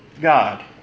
God